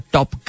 Top